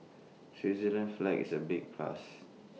Switzerland's flag is A big plus